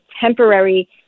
temporary